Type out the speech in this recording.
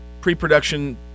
pre-production